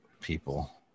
people